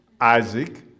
Isaac